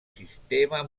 sistema